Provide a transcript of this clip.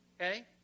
Okay